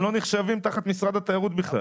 הם לא נחשבים תחת משרד התיירות בכלל.